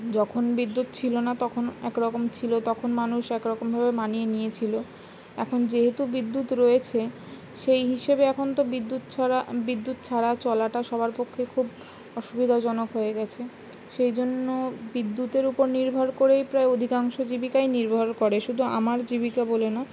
যখন বিদ্যুৎ ছিলো না তখন একরকম ছিলো তখন মানুষ একরকমভাবে মানিয়ে নিয়েছিলো এখন যেহেতু বিদ্যুৎ রয়েছে সেই হিসেবে এখন তো বিদ্যুৎ ছড়া বিদ্যুৎ ছাড়া চলাটা সবার পক্ষে খুব অসুবিধাজনক হয়ে গেছে সেই জন্য বিদ্যুতের উপর নির্ভর করেই প্রায় অধিকাংশ জীবিকাই নির্ভর করে শুধু আমার জীবিকা বলে না